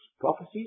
prophecies